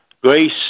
Grace